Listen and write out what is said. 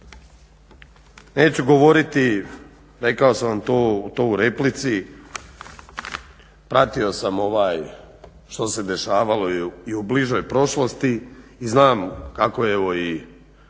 Neću govoriti rekao sam to u replici, pratio sam što se dešavalo i u bližoj prošlosti i znam kako je evo i